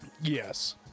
Yes